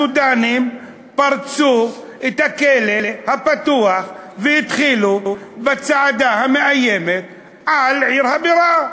הסודאנים פרצו את הכלא הפתוח והתחילו בצעדה המאיימת על עיר הבירה.